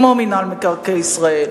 כמו מינהל מקרקעי ישראל,